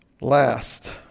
Last